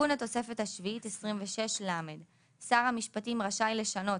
26לתיקון התוספת השביעית שר המשפטים רשאי לשנות,